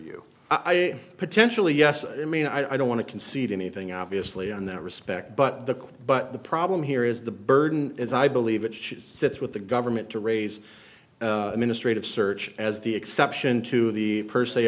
say potentially yes i mean i don't want to concede anything obviously in that respect but the but the problem here is the burden as i believe it she sits with the government to raise the ministry of search as the exception to the per se